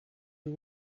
you